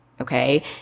Okay